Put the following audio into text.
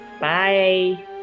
Bye